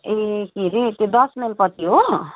ए के अरे त्यो दस माइलपट्टि हो